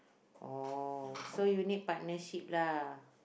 oh so you need partnership lah